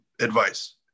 advice